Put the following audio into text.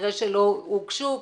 כנראה שלא הוגשו,